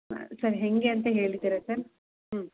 ಹಾಂ ಸರ್ ಹೇಗೆ ಅಂತ ಹೇಳ್ತಿರಾ ಸರ್ ಹ್ಞೂ